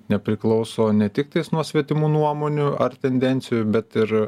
nepriklauso netiktais nuo svetimų nuomonių ar tendencijų bet ir